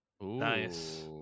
Nice